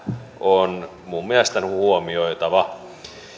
on minun mielestäni huomioitava